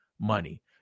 money